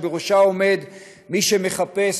ובראשה עומד מי שמחפש